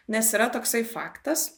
nes yra toksai faktas